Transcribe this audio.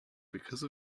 because